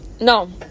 no